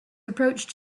approached